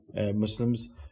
Muslims